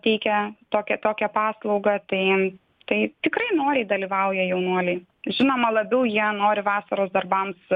teikia tokią tokią paslaugą tai tai tikrai noriai dalyvauja jaunuoliai žinoma labiau jie nori vasaros darbams